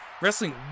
wrestling